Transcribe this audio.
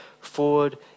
forward